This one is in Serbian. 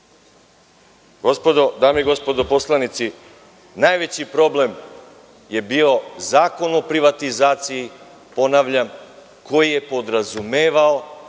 zajedno. Dame i gospodo poslanici, najveći problem je bio Zakon o privatizaciji, ponavljam, koji je podrazumevao